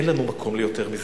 אין לנו מקום ליותר מזה.